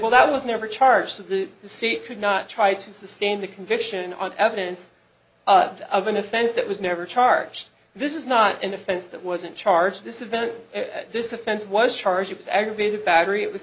well that was never charged the state could not try to sustain the conviction on evidence of an offense that was never charged this is not an offense that wasn't charged this event this offense was charged it was aggravated battery it was